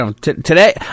today